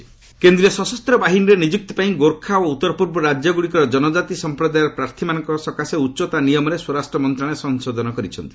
MHA କେନ୍ଦ୍ରୀୟ ସଶସ୍ତ ବାହିନୀରେ ନିଯୁକ୍ତି ପାଇଁ ଗୋର୍ଖା ଓ ଉତ୍ତରପୂର୍ବ ରାଜ୍ୟଗୁଡ଼ିକର କନଜାତି ସମ୍ପ୍ରଦାୟର ପ୍ରାର୍ଥୀମାନଙ୍କ ସକାଶେ ଉଚ୍ଚତା ନିୟମରେ ସ୍ୱରାଷ୍ଟ୍ର ମନ୍ତ୍ରଣାଳୟ ସଂଶୋଧନ କରିଛନ୍ତି